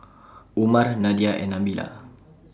Umar Nadia and Nabila